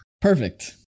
Perfect